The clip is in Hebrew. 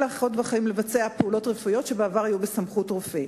האחיות והאחים לבצע פעולות רפואיות שבעבר היו בסמכות רופא.